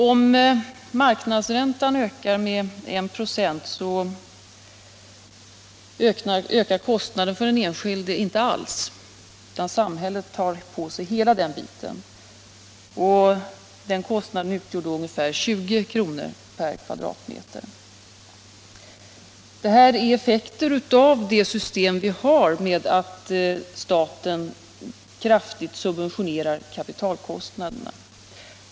Om marknadsräntan ökar med 1 96 ökar kostnaden för den enskilde inte alls utan samhället tar på sig kostnaden som utgör ungefär 20 kr./m?, Det här är effekter av det system vi har — att staten kraftigt subventionerar kapitalkostnaderna.